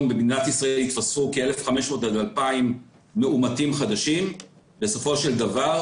במדינת ישראל יתווספו כ-1,500 עד 2,000 מאומתים חדשים בסופו של דבר,